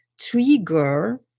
trigger